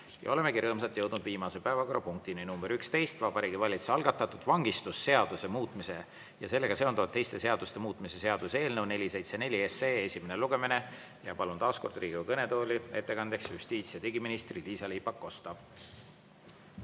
Ja olemegi rõõmsalt jõudnud viimase, 11. päevakorrapunktini: Vabariigi Valitsuse algatatud vangistusseaduse muutmise ja sellega seonduvalt teiste seaduste muutmise seaduse eelnõu 474 esimene lugemine. Ja palun taas Riigikogu kõnetooli ettekandeks justiits- ja digiminister Liisa-Ly Pakosta.